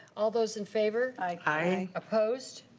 all those in favor? aye. opposed?